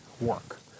work